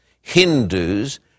Hindus